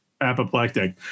apoplectic